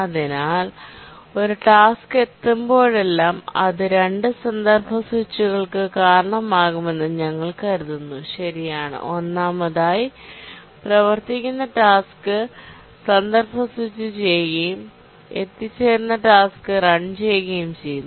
അതിനാൽ ഒരു ടാസ്ക് എത്തുമ്പോഴെല്ലാം അത് 2 കോണ്ടെസ്റ് സ്വിച്ചുകൾക്ക് കാരണമാകുമെന്ന് ഞങ്ങൾ കരുതുന്നത് ശരിയാണ് ഒന്നാമതായി പ്രവർത്തിക്കുന്ന ടാസ്ക് കോണ്ടെസ്റ് സ്വിച്ച് ചെയ്യുകയും എത്തിച്ചേരുന്ന ടാസ്ക് റൺ ചെയ്യുകയും ചെയ്യുന്നു